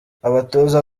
abatoza